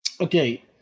Okay